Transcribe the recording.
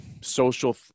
social